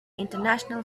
international